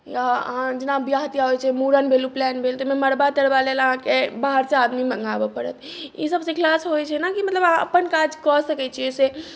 या अहाँ जेना बिआह तिआह होइ छै मुरन भेल ऊपनयन भेल तऽ ओहिमे मरबा तरबा लेल अहाँके बाहर सँ आदमी मँगाबए परत ईसब सिखला सँ होइ छै ने की मतलब अहाँ अपन काज कऽ सकै छी ओहिसे